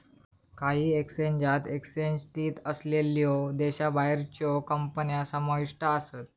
काही एक्सचेंजात एक्सचेंज स्थित असलेल्यो देशाबाहेरच्यो कंपन्या समाविष्ट आसत